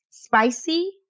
Spicy